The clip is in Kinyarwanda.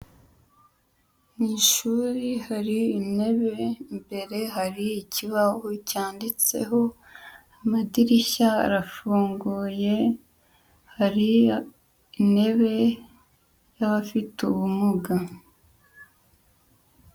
Mu ishuri hari intebe, imbere hari ikibaho cyanditseho, amadirishya arafunguye, hari intebe y'abafite ubumuga.